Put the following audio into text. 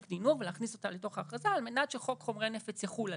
דינור ולהכניס אותה לתוך האכרזה על מנת שחוק חומרי נפץ יחול עליה.